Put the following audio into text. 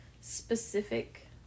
specific